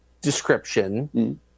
description